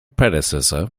predecessor